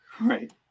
Right